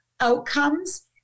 outcomes